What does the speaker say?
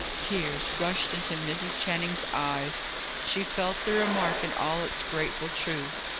tears rushed into mrs. channing's eyes she felt the remark in all its grateful truth.